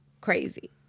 crazy